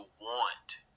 want